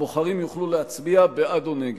הבוחרים יוכלו להצביע "בעד" או "נגד".